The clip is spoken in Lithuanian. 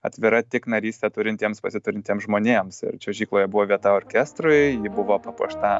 atvira tik narystę turintiems pasiturintiems žmonėms ir čiuožykloje buvo vieta orkestrui ji buvo papuošta